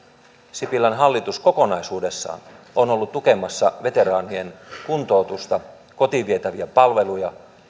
sipilän hallitus kokonaisuudessaan on ollut tukemassa veteraanien kuntoutusta kotiin vietäviä palveluja